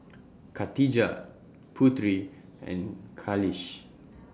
Katijah Putri and Khalish